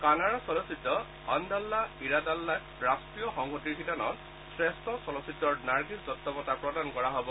Canada চলচ্চিত্ৰ অনদাল্লা ইৰাদাল্লাক ৰাষ্টীয় সংহতিৰ শিতানত শ্ৰেষ্ঠ চলচ্চিত্ৰৰ নাৰ্গীছ দত্ত বঁটা প্ৰদান কৰা হব